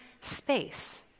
space